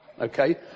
okay